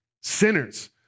Sinners